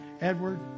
Edward